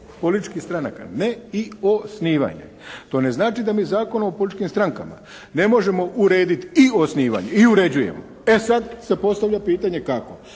političkih stranaka, ne i osnivanje. To ne znači da mi Zakon o političkim strankama ne možemo urediti i osnivanje i uređujemo, e sada se postavlja pitanje kako.